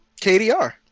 KDR